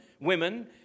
women